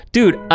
Dude